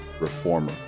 reformer